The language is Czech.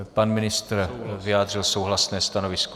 Pan ministr vyjádřil souhlasné stanovisko.